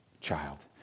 child